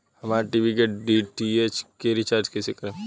हमार टी.वी के डी.टी.एच के रीचार्ज कईसे करेम?